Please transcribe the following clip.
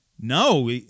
No